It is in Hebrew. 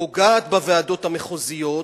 פוגעת בוועדות המחוזיות,